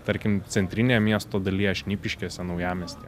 tarkim centrinėje miesto dalyje šnipiškėse naujamiestyje